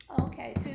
Okay